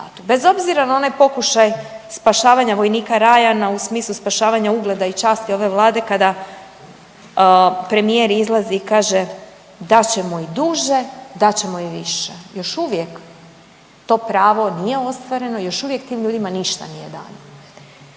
bez obzira na onaj pokušaj „spašavanja vojnika Rajana“ u smislu spašavanja ugleda i časti ove Vlade kada premijer izlazi i kaže: „Dat ćemo i duže, dat ćemo i više.“ Još uvijek to pravo nije ostvareno. Još uvijek tim ljudima ništa nije dano.